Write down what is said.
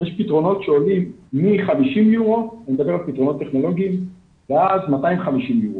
יש פתרונות טכנולוגיים שעולים מ-50 יורו ועד 250 יורו.